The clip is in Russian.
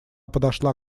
подошла